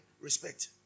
respect